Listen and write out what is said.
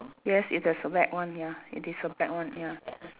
yes it is a black one ya it is a black one ya